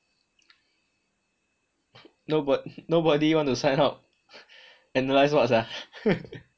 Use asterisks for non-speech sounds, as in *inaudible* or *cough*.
nobo~ nobody want to sign up analyze what sia *laughs*